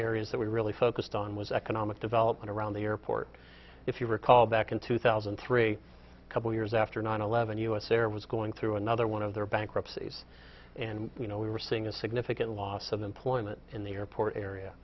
areas that we really focused on was economic development around the airport if you recall back in two thousand and three a couple years after nine eleven u s air was going through another one of their bankruptcies and you know we were seeing a significant loss of employment in the airport area